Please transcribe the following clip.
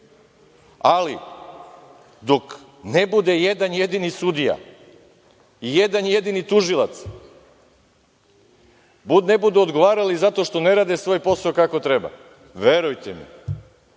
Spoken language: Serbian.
dok ne bude jedan jedini sudiji, jedan jedini tužilac, ne budu odgovarali zato što ne rade svoj posao kako treba, verujte mi,